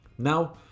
Now